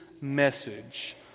message